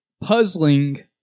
puzzling